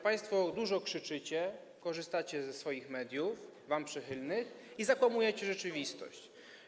Państwo dużo krzyczycie, korzystacie ze swoich mediów, mediów wam przychylnych, i zakłamujecie rzeczywistość.